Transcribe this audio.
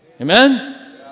Amen